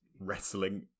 wrestling